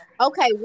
Okay